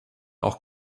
auch